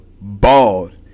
bald